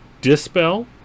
dispel